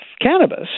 cannabis